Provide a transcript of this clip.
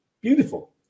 Beautiful